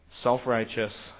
self-righteous